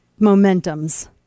momentums